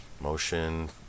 Motion